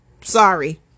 Sorry